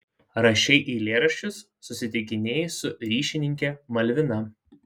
rašei eilėraščius susitikinėjai su ryšininke malvina